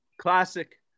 classic